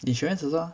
insurance also